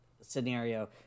scenario